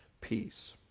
peace